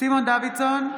סימון דוידסון,